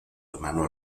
hermano